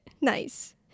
nice